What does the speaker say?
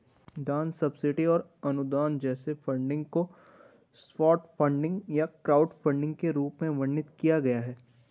दान सब्सिडी और अनुदान जैसे फंडिंग को सॉफ्ट फंडिंग या क्राउडफंडिंग के रूप में वर्णित किया गया है